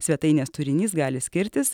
svetainės turinys gali skirtis